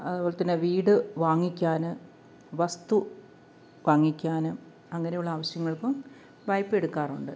അത്പോലെ തന്നെ വീട് വാങ്ങിക്കാൻ വസ്തു വാങ്ങിക്കാൻ അങ്ങനെയുള്ള ആവശ്യങ്ങൾക്കും വായ്പ എടുക്കാറുണ്ട്